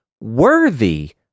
worthy